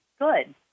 good